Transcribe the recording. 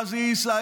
ע'אזי עיסא,